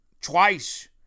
twice